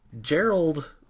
Gerald